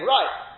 Right